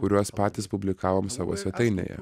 kuriuos patys publikavom savo svetainėje